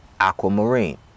aquamarine